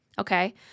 Okay